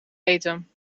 eten